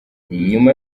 nyuma